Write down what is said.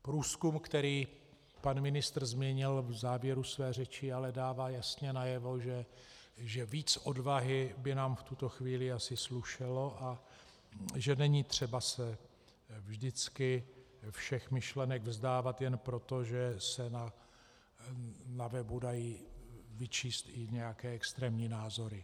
Průzkum, který pan ministr zmínil v závěru své řeči ale dává jasně najevo, že víc odvahy by nám v tuto chvíli asi slušelo a že není třeba se vždycky všech myšlenek vzdávat jen proto, že se na webu dají vyčíst i nějaké extrémní názory.